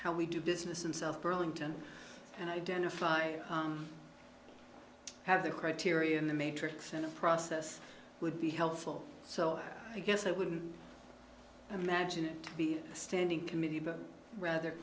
how we do business and self burlington and identify have the criteria in the matrix and process would be helpful so i guess i wouldn't imagine it to be standing committee but rather